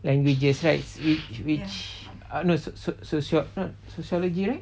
languages right which which ah no so so socio sociology right